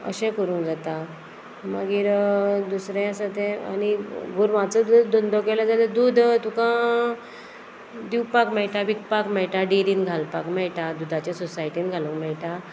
अशें करूंक जाता मागीर दुसरें आसा तें आनी गोरवांचो जर धंदो केलो जाल्यार दूद तुका दिवपाक मेळटा विकपाक मेळटा डेरीन घालपाक मेळटा दुदाच्या सोसायटीन घालूंक मेळटा